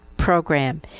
program